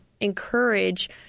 encourage